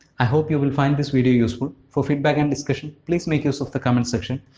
i hope you will find this video useful. for feedback and discussion, please make use of the comment section.